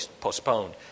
postponed